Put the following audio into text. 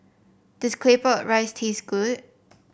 does Claypot Rice taste good